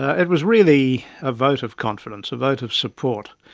ah it was really a vote of confidence, a vote of support,